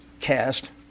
cast